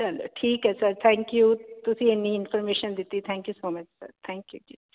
ਚਲੋ ਠੀਕ ਹ ਸਰ ਥੈਂਕਯੂ ਤੁਸੀਂ ਇਨੀ ਇਨਫੋਰਮੇਸ਼ਨ ਦਿੱਤੀ thank you so much sir thank you ਜੀ